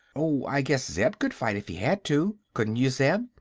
oh, i guess zeb could fight if he had to. couldn't you, zeb?